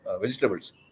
vegetables